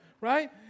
Right